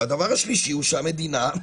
והדבר השלישי הוא שהמדינה,